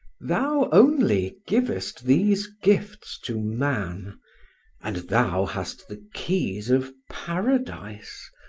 thou only givest these gifts to man and thou hast the keys of paradise,